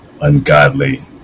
ungodly